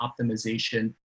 optimization